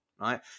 Right